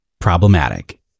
problematic